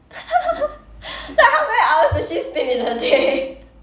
like how many hours does she sleep in a day